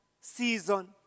season